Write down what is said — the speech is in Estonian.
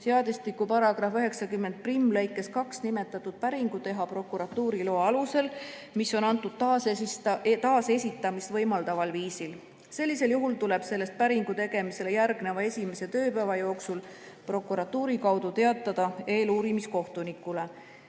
seadustiku § 901lõikes 2 nimetatud päringu teha prokuratuuri loa alusel, mis on antud taasesitamist võimaldaval viisil. Sellisel juhul tuleb sellest päringu tegemisele järgneva esimese tööpäeva jooksul prokuratuuri kaudu teatada eeluurimiskohtunikule.